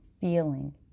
feeling